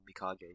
Mikage